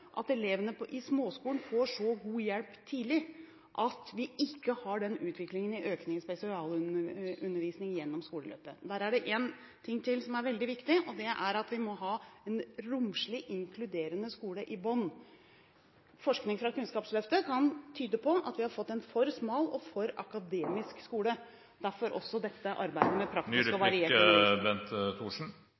at elevene i småskolen får så god hjelp tidlig, at vi ikke har den utviklingen med økning i spesialundervisningen gjennom skoleløpet. Her er det én ting til som er veldig viktig: Vi må ha en romslig og inkluderende skole i bunnen. Forskning fra Kunnskapsløftet kan tyde på at vi har fått en for smal og akademisk skole – derfor også dette arbeidet med